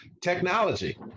Technology